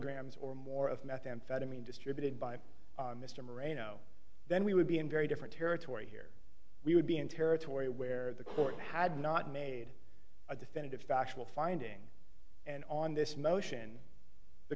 grams or more of methamphetamine distributed by mr marino then we would be in very different territory here we would be in territory where the court had not made a definitive factual finding and on this motion the